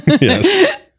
Yes